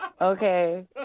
Okay